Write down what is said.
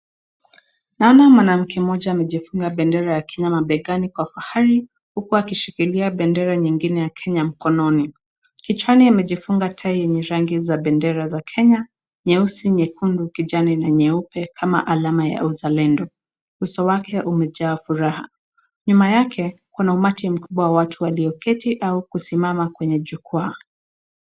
Naona mwanamke mmoja amejifunga bendera ya kenya mabegani kwa fahari huku akishikilia bendera nyingine ya kenya mkononi. Kichwani amejifunga tai yenye rangi za bendera za kenya nyeusi, nyekundu, kijani na nyeupe kama alama ya uzalendo. Uso wake umejaa furaha. Nyuma yake kuna umati mkubwa wa watu walioketi au kusimama kwenye jukwaa.